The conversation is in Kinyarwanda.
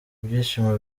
ibyishimo